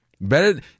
better